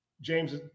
James